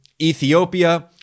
Ethiopia